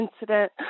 incident